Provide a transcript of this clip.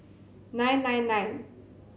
nine nine nine